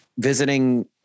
visiting